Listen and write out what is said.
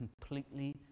completely